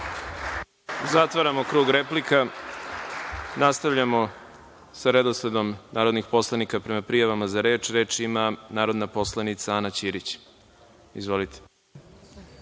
Zatvaramo krug replika. Nastavljamo sa redosledom narodnih poslanika prema prijavama za reč. Reč ima narodna poslanica Ana Ćirić. **Ana